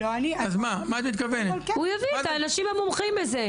הוא יביא את האנשים המומחים בזה.